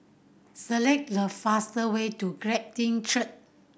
select the fastest way to Glad Tiding Church